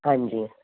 ਹਾਂਜੀ